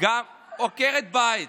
עקרת בית.